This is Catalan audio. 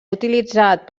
utilitzat